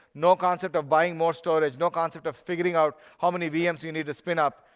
no concept of buying more storage, no concept of figuring out how many vms you need to spin up.